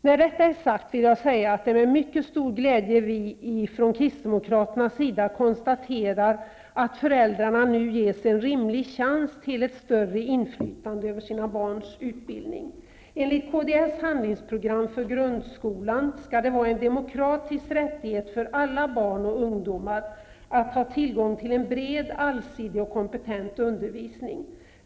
När detta är sagt vill jag säga att det är med mycket stor glädje vi kristdemokrater konstaterar att föräldrarna nu ges en rimlig chans till ett större inflytande över sina barns utbildning. Enligt kds handlingsprogram för grundskolan skall det vara en demokratisk rättighet för alla barn och ungdomar att ha tillgång till en bred, allsidig och kompetent undervisning.